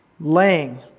laying